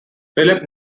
philip